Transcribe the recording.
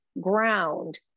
ground